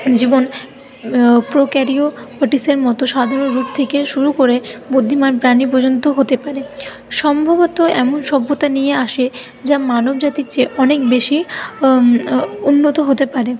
জীবন মতো সাধারণ রূপ থেকে শুরু করে বুদ্ধিমান প্রাণী পর্যন্ত হতে পারে সম্ভবত এমন সভ্যতা নিয়ে আসে যা মানব জাতীর চেয়ে অনেক বেশী উন্নত হতে পারে